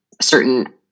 certain